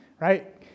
right